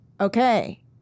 okay